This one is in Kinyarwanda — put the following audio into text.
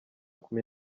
kumi